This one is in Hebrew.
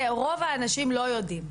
רוב האנשים לא יודעים,